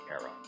era